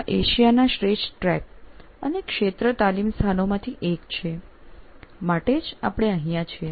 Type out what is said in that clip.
આ એશિયાના શ્રેષ્ઠ ટ્રેક અને ક્ષેત્ર તાલીમ સ્થાનોમાંથી એક છે માટે જ આપણે અહીંયા છીએ